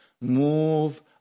Move